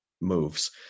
moves